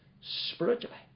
spiritually